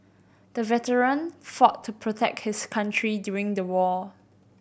the veteran fought to protect his country during the war